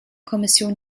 kommission